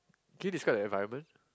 can you describe the environment